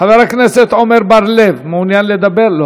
מוותר.